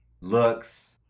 looks